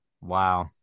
Wow